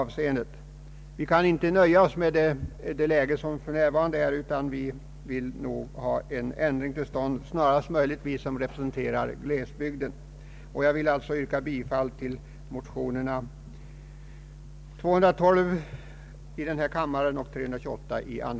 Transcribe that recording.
Vi kan inte låta nöja oss med det läge som för närvarande råder, utan vi som representerar glesbygden vill ha en ändring till stånd.